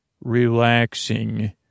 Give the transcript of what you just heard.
relaxing